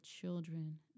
children